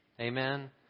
Amen